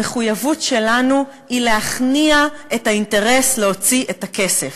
המחויבות שלנו היא להכניע את האינטרס להוציא את הכסף,